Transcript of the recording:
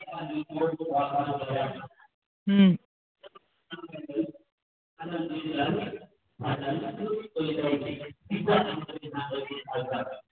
হুম